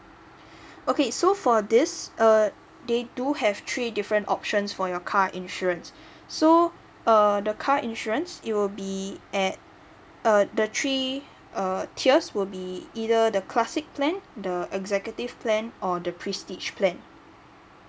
okay so for this uh they do have three different options for your car insurance so uh the car insurance it will be at uh the three err tiers will be either the classic plan the executive plan or the prestige plan